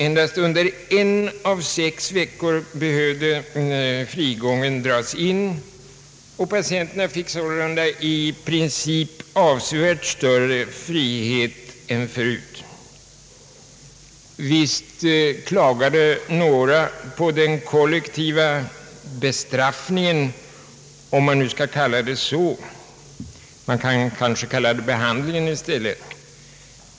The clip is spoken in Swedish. Endast under en vecka av sex behövde frigången dras in, och patienterna fick sålunda i princip avsevärt större frihet än förut. Visst klagade några på den kollektiva bestraffningen, om man nu skall kalla det så. Man kanske kan kalla det »behandlingen» i stället.